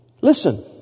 listen